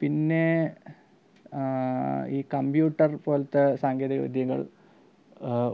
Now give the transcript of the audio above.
പിന്നേ ഈ കമ്പ്യൂട്ടർ പോലത്തെ സാങ്കേതികവിദ്യകൾ